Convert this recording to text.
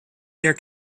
their